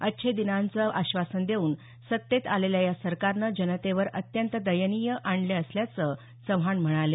अच्छे दिनांचं आश्वासन देऊन सत्तेत आलेल्या या सरकारनं जनतेवर अत्यंत दयनीय दिन आणले असल्याचं चव्हाण म्हणाले